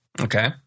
okay